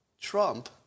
Trump